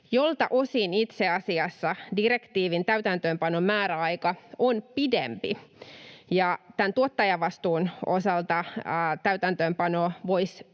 jolta osin itse asiassa direktiivin täytäntöönpanon määräaika on pidempi, ja tämän tuottajavastuun osalta täytäntöönpano voisi